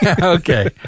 Okay